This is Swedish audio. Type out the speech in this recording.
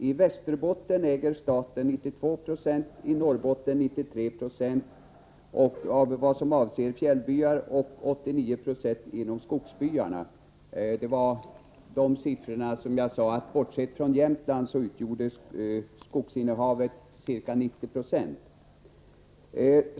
”I Västerbottens län äger staten 92 96 och i Norrbottens län 93 96, såvitt avser fjällbyar, och 89 96 inom skogsbyarna.” Det var på grundval av de siffrorna som jag sade att bortsett från Jämtland utgjorde skogsinnehavet ca 90 90.